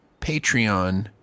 Patreon